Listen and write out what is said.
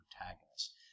protagonists